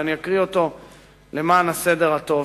ואני אקריא אותו למען הסדר הטוב,